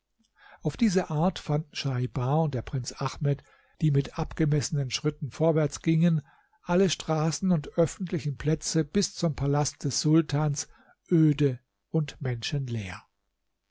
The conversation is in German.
auf diese art fanden schaibar und der prinz ahmed die mit abgemessenen schritten vorwärts gingen alle straßen und öffentlichen plätze bis zum palast des sultans öde und menschenleer